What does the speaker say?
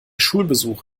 schulbesuch